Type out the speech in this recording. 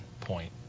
point